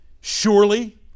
Surely